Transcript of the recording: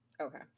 Okay